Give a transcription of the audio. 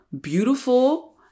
beautiful